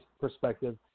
perspective